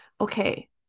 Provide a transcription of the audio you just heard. Okay